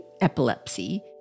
Epilepsy